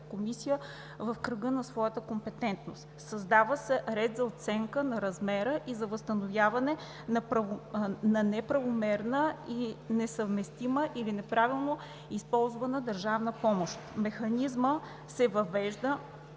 комисия, в кръга на своята компетентност. Създава се ред за оценка на размера и за възстановяване на неправомерна и несъвместима или неправилно използвана държавна помощ. Механизмът се въвежда,